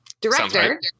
Director